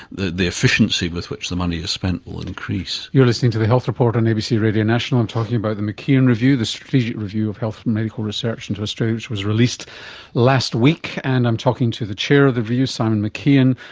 the the efficiency with which the money is spent will increase. you're listening to the health report on abc radio national, i'm talking about the mckeon review, the strategic review of health and medical research and in australia which was released last week, and i'm talking to the chair of the review, simon mckeon,